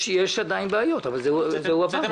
יש עדיין בעיות אבל זה הועבר.